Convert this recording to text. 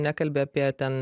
nekalbi apie ten